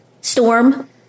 storm